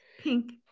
pink